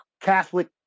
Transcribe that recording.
Catholic